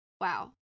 wow